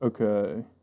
Okay